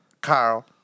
Carl